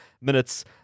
minutes